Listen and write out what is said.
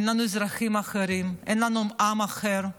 אין לנו אזרחים אחרים, אין לנו עם אחר,